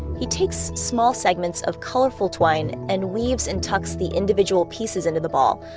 he takes small segments of colorful twine and weaves and tucks the individual pieces into the ball,